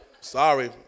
Sorry